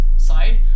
side